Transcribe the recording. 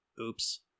oops